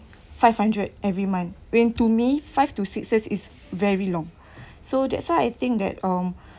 five hundred every month when to me five to six years is very long so that's why I think that um